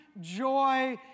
joy